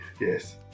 yes